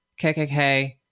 kkk